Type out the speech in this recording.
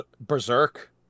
Berserk